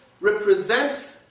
represents